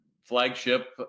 flagship